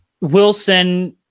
Wilson